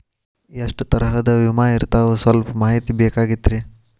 ಎಷ್ಟ ತರಹದ ವಿಮಾ ಇರ್ತಾವ ಸಲ್ಪ ಮಾಹಿತಿ ಬೇಕಾಗಿತ್ರಿ